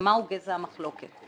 ומה הוא גזע המחלוקת?